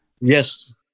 Yes